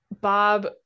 Bob